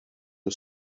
nhw